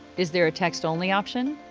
is there a text only option?